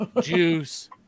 Juice